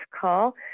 call